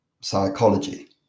psychology